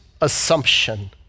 assumption